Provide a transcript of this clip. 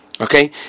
Okay